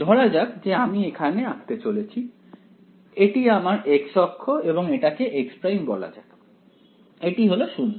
ধরা যাক যে আমি এখানে আঁকতে চলেছি এটি আমার x অক্ষ এবং এটাকে x' বলা যাক এটি হলো 0